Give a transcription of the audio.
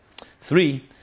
Three